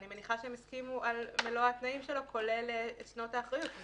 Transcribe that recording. אני מניחה שהסכימו על מלוא התנאים שלו כולל שנות האחריות.